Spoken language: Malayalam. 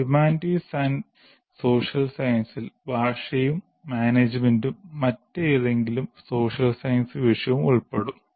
ഹ്യൂമാനിറ്റീസ് ആന്റ് സോഷ്യൽ സയൻസസിൽ ഭാഷയും മാനേജ്മെന്റും മറ്റേതെങ്കിലും സോഷ്യൽ സയൻസ് വിഷയവും ഉൾപ്പെടും